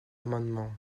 amendement